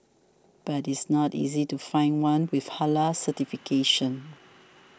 but it's not easy to find one with Halal certification